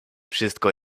wszystko